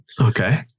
Okay